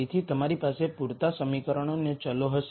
તેથી તમારી પાસે પૂરતા સમીકરણો અને ચલો હશે